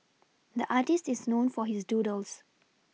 the artist is known for his doodles